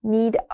Need